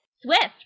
swift